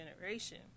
generation